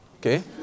Okay